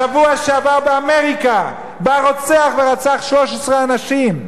בשבוע שעבר באמריקה בא רוצח ורצח 13 אנשים.